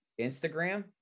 Instagram